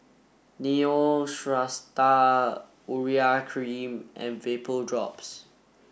Neostrata Urea cream and Vapodrops